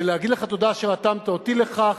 ולהגיד לך תודה שרתמת אותי לכך.